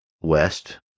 West